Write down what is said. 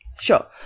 Sure